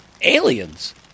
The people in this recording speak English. aliens